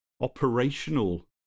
operational